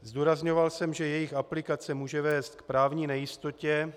Zdůrazňoval jsem, že jejich aplikace může vést k právní nejistotě.